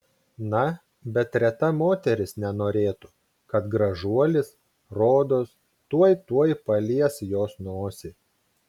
na bet reta moteris nenorėtų kad gražuolis rodos tuoj tuoj palies jos nosį